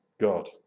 God